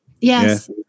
Yes